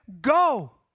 go